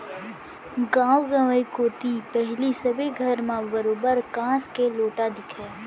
गॉंव गंवई कोती पहिली सबे घर म बरोबर कांस के लोटा दिखय